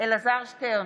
אלעזר שטרן,